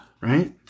Right